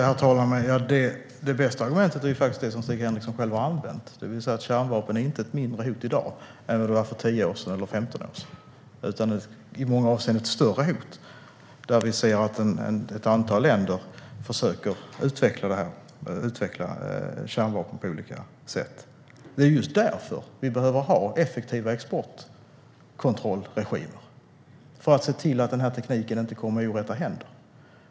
Herr talman! Det bästa argumentet är det som Stig Henriksson själv använde - att kärnvapen inte är ett mindre hot i dag än vad det var för 10 eller 15 år sedan. I många avseenden är det snarare ett större hot i dag, och vi ser att ett antal länder försöker att utveckla kärnvapen på olika sätt. Det är just därför - för att se till att den här tekniken inte kommer i orätta händer - som vi behöver ha effektiva exportkontrollregimer.